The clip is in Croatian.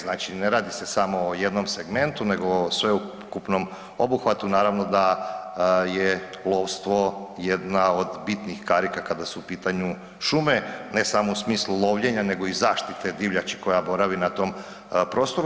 Znači ne radi se samo o jednom segmentu nego o sveukupnom obuhvatu naravno da je lovstvo jedna od bitnih karika kada su u pitanju šume ne samo u smislu lovljenja nego i zaštite divljači koja boravi na tom prostoru.